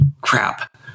Crap